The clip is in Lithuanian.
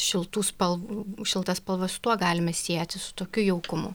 šiltų spalv šiltas spalvas su tuo galime sieti su tokiu jaukumu